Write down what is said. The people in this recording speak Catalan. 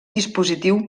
dispositiu